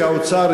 שבאוצר,